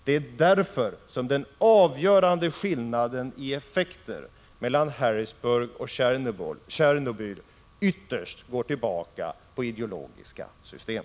Det är därför som den avgörande skillnaden i effekter mellan Harrisburg och Tjernobyl ytterst går tillbaka på ideologiska system.